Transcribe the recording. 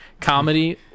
comedy